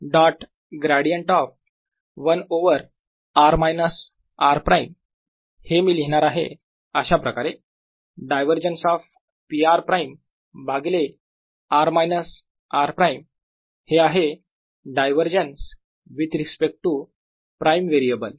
dot gradient of 1 over r minus r prime हे मी लिहिणार आहे अशाप्रकारे divergence of p r prime भागिले r मायनस r प्राईम हे आहे divergence with respect to prime variable